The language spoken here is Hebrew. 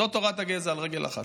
זאת תורת הגזע על רגל אחת.